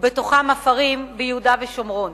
ובתוכן אף ערים ביהודה ושומרון.